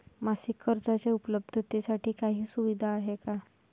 मासिक कर्जाच्या उपलब्धतेसाठी काही सुविधा आहे का?